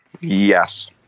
Yes